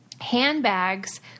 handbags